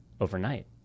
overnight